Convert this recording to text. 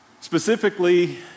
specifically